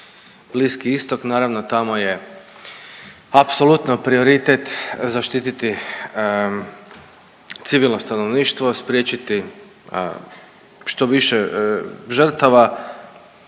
Bliski Istok. Naravno tamo je apsolutno prioritet zaštiti civilno stanovništvo, spriječiti što više žrtava,